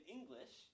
English